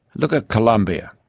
look at colombia.